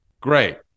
Great